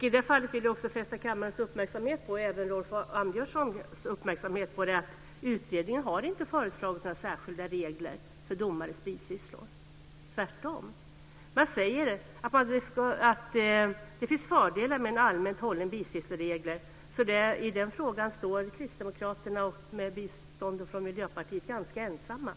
I det fallet vill jag också fästa kammarens och även Rolf Åbjörnssons uppmärksamhet på att utredningen inte har föreslagit några särskilda regler för domares bisysslor, tvärtom. Man säger att det finns fördelar med en allmänt hållen regel för bisysslor, så i den frågan står Kristdemokraterna med bistånd från Miljöpartiet ganska ensamma.